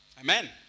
Amen